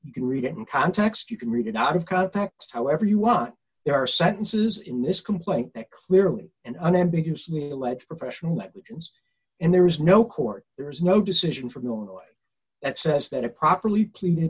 you can read it in context you can read it out of context however you want there are sentences in this complaint that clearly and unambiguously allege professional that weakens and there is no court there is no decision from illinois that says that a properly clean